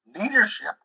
leadership